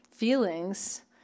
feelings